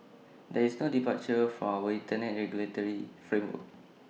there is no departure from our Internet regulatory framework